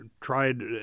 tried